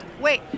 wait